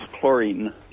chlorine